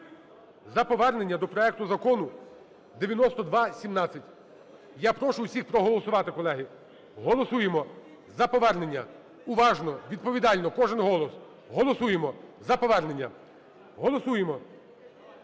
за повернення до проекту Закону 9217. Я прошу всіх проголосувати, колеги. Голосуємо за повернення уважно, відповідально, кожен голос. Голосуємо за повернення, голосуємо.